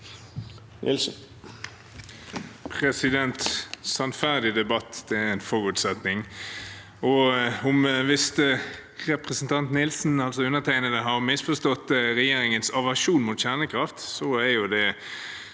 Sannferdig debatt er en forutsetning. Hvis representanten Nilsen, altså undertegnede, har misforstått regjeringens aversjon mot kjernekraft, er det